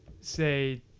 say